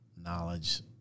knowledge